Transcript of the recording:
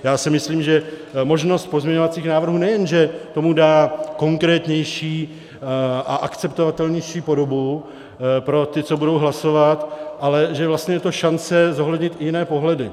Já si myslím, že možnost pozměňovacích návrhů nejen že tomu dá konkrétnější a akceptovatelnější podobu pro ty, co budou hlasovat, ale že vlastně je to šance zohlednit i jiné pohledy.